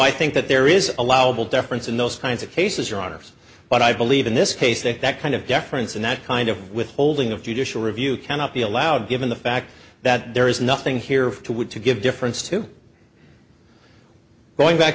i think that there is allowable deference in those kinds of cases or honors but i believe in this case that that kind of deference and that kind of withholding of judicial review cannot be allowed given the fact that there is nothing here to wit to give difference too going back